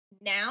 now